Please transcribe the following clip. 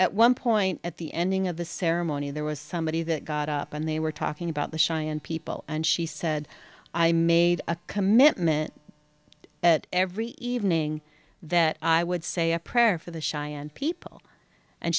at one point at the ending of the ceremony there was somebody that got up and they were talking about the cheyenne people and she said i made a commitment that every evening that i would say a prayer for the shy and people and